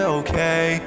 okay